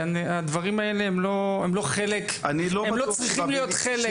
הדברים האלה הם לא צריכים להיות חלק.